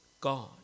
God